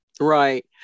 Right